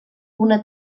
una